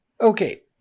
Okay